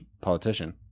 politician